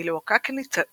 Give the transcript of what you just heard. והיא לוהקה כניצבת